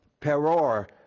Peror